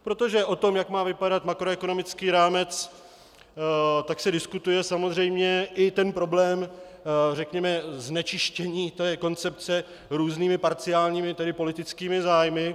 Protože o tom, jak má vypadat makroekonomický rámec, se diskutuje, samozřejmě i ten problém řekněme znečištění koncepce různými parciálními, tedy politickými zájmy.